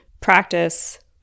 practice